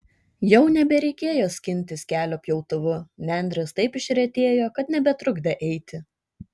jau nebereikėjo skintis kelio pjautuvu nendrės taip išretėjo kad nebetrukdė eiti